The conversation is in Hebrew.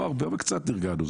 לא הרבה, אבל קצת נרגענו.